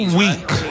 week